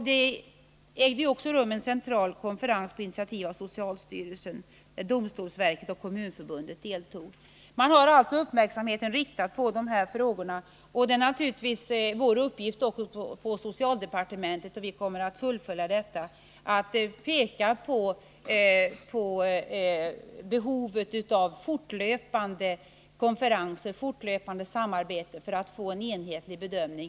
Det har också ägt rum en central konferens på initiativ av socialstyrelsen i vilken domstolsverket och Kommunförbundet deltog. Uppmärksamheten är således riktad på dessa frågor. Det är naturligtvis även socialdepartementets uppgift att följa dessa frågor, och vi kommer även i fortsättningen att peka på behovet av återkommande konferenser och fortlöpande samarbete för att få en enhetlig bedömning.